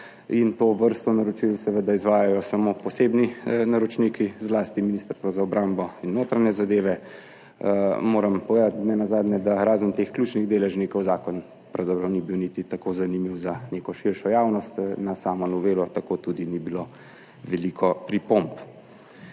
in to vrsto naročil seveda izvajajo samo posebni naročniki, zlasti Ministrstvo za obrambo in Ministrstvo za notranje zadeve. Moram povedati, nenazadnje, da razen teh ključnih deležnikov zakon pravzaprav ni bil niti tako zanimiv za neko širšo javnost, na samo novelo tako tudi ni bilo veliko pripomb.